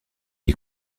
est